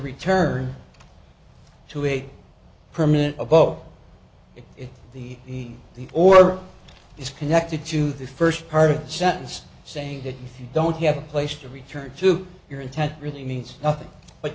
return to a permanent about it in the in the or is connected to the first part of the sentence saying that you don't have a place to return to your intent really means nothing but